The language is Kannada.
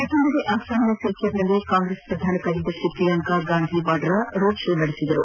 ಮತ್ತೊಂದೆಡೆ ಅಸ್ಸಾಂನ ಸಿಲ್ಲಾರ್ನಲ್ಲಿ ಕಾಂಗ್ರೆಸ್ ಪ್ರಧಾನ ಕಾರ್ಯದರ್ಶಿ ಪ್ರಿಯಾಂಕಾ ಗಾಂಧಿ ವಾದ್ರಾ ರೋಡ್ ಶೋ ನಡೆಸಿದರು